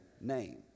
name